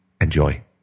Enjoy